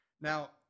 Now